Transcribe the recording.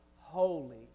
holy